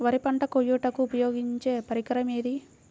వరి పంట కోయుటకు ఉపయోగించే పరికరం ఏది?